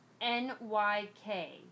N-Y-K